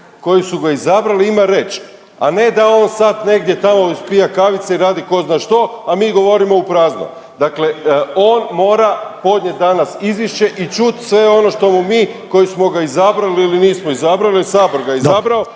koji su ga izabrali ima reč. A ne da on sad negdje tamo ispija kavice i radi tko zna što, a mi govorimo u prazno. Dakle, on mora podnijet danas izvješće i čut sve ono što mu mi koji smo ga izabrali ili nismo izabrali, sabor ga je izabrao,